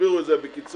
תסבירו את זה בקיצור,